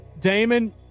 Damon